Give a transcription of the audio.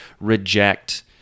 reject